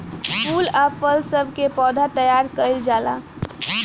फूल आ फल सब के पौधा तैयार कइल जाला